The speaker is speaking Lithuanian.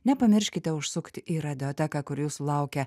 nepamirškite užsukti į radioteką kur jūsų laukia